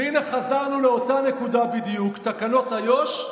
והינה חזרנו לאותה נקודה בדיוק: תקנות איו"ש,